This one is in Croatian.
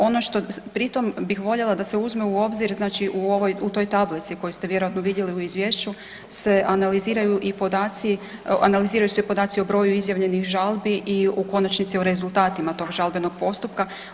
Ono što, pri tom bih voljela da se uzme u obzir znači u toj tablici koju ste vjerojatno vidjeli u izvješću se analiziraju i podaci, analiziraju se podaci o broju izjavljenih žalbi i u konačnici o rezultatima tog žalbenog postupka.